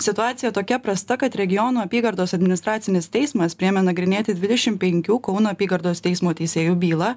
situacija tokia prasta kad regionų apygardos administracinis teismas priėmė nagrinėti dvidešim penkių kauno apygardos teismo teisėjų bylą